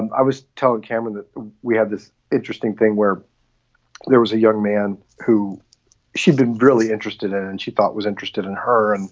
i was told, cameron, that we had this interesting thing where there was a young man who she'd been really interested in and she thought was interested in her. and